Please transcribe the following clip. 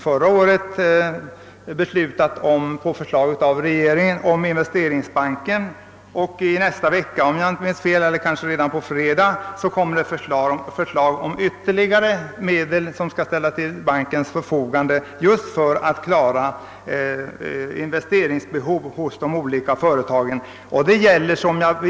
Förra året beslöt vi på förslag av regeringen att inrätta Investeringsbanken, och i nästa vecka, om jag inte minns fel, eller kanske redan på fredag fram läggs förslag om att ytterligare medel skall ställas till bankens förfogande just för att klara de olika företagens investeringar.